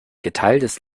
geteiltes